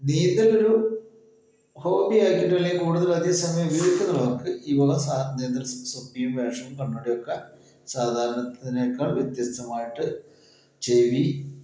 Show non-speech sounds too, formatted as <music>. നീന്തൽ ഒരു ഹോബി ആക്കിട്ട് അല്ലെങ്കിൽ കൂടുതൽ അധിക സമയം വീട്ടിൽ ഉള്ളവർക്ക് ഈ ഉപയോഗിക്കുന്ന ഒരു <unintelligible> പറഞ്ഞിട്ടൊക്കെ സാധാരണക്കാൾ വ്യത്യസ്തമായിട്ട് ചെവി